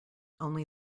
only